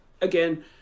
again